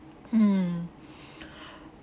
mm